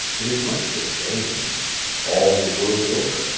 it is much the same all the world over,